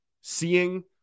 Seeing